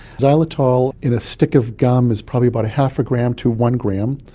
xylitol in a stick of gum is probably about half a gram to one gram,